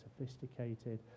sophisticated